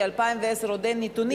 כי ל-2010 עדיין אין נתונים,